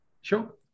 Sure